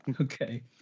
Okay